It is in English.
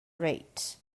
rates